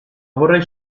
vorrei